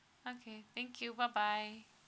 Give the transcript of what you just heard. okay thank you bye bye